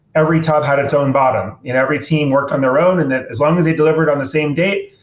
every top had its own bottom and every team worked on their own and that as long as they delivered on the same date,